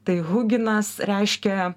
tai huginas reiškia